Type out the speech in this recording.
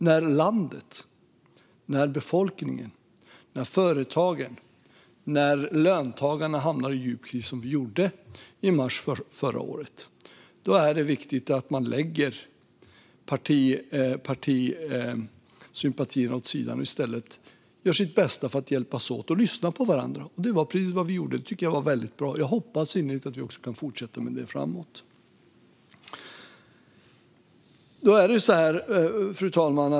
När landet, befolkningen, företagen och löntagarna hamnar i en sådan djup kris som i mars förra året är det viktigt att man lägger partisympatierna åt sidan och i stället gör sitt bästa för att hjälpas åt och lyssna på varandra. Det var precis vad vi gjorde. Det var väldigt bra. Jag hoppas innerligt att vi kan fortsätta med det framöver. Fru talman!